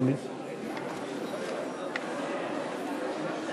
חברי הכנסת, האורחים